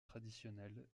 traditionnels